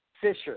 Fisher